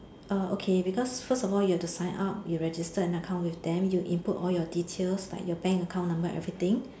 uh okay because first of all you have to sign up you register an account with them you input all your details like your bank account number and everything